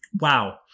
Wow